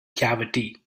cavity